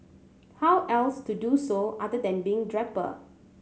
how else to do so other than being draper